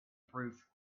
proof